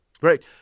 great